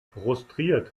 frustriert